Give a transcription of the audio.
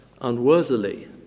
unworthily